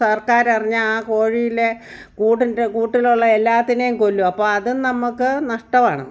സർക്കാരറിഞ്ഞാൽ ആ കോഴിയില്ലേ കൂട്ടിൻ്റെ കൂട്ടിലുള്ള എല്ലാത്തിനെയും കൊല്ലും അപ്പോൾ അതും നമുക്ക് നഷ്ടമാണ്